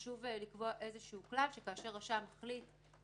חשוב לקבוע כלל שכאשר רשם מחליט